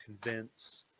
convince